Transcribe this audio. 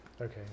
Okay